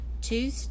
two